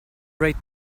rate